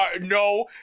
No